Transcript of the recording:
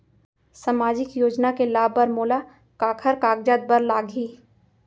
सामाजिक योजना के लाभ बर मोला काखर कागजात बर लागही?